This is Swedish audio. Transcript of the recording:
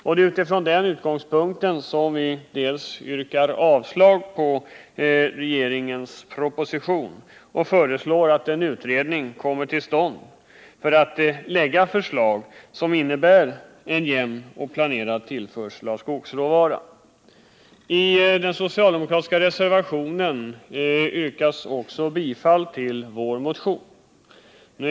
Det är av det skälet vi yrkar avslag på regeringens proposition och föreslår en utredning för att få till stånd en jämn och planerad tillförsel av skogsråvaran. I den socialdemokratiska reservationen tillstyrks vår motion.